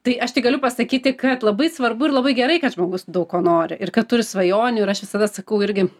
tai aš tik galiu pasakyti kad labai svarbu ir labai gerai kad žmogus daug ko nori ir kad turi svajonių ir aš visada sakau irgi